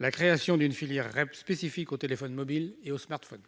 la création d'une filière REP spécifique aux téléphones mobiles et aux smartphones.